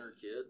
kid